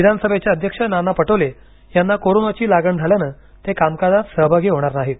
विधानसभेचे अध्यक्ष नाना पटोले यांना कोरोनाची लागण झाल्याने ते कामकाजात सहभागी होणार नाहीत